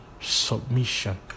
Submission